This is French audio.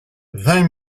vingt